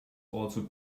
also